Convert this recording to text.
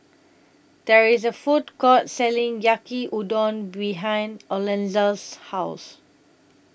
There IS A Food Court Selling Yaki Udon behind Alonza's House